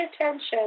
attention